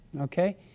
okay